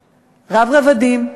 רב-ממדי, רב-רבדים,